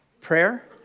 prayer